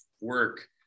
work